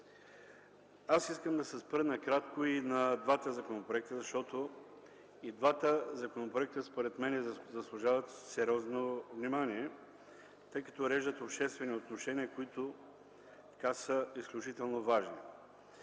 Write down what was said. Искам да се спра накратко и на двата законопроекта, защото и двата според мен заслужават сериозно внимание, тъй като уреждат обществени отношения, които са изключително важни.